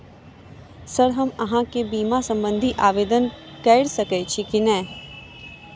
Sir हम अहाँ केँ बीमा संबधी आवेदन कैर सकै छी नै?